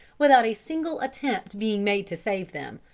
without a single attempt being made to save them.